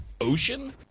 Ocean